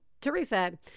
Teresa